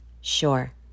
Sure